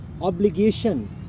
obligation